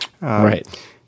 Right